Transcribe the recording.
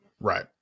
Right